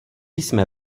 jsme